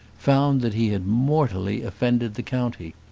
found that he had mortally offended the county.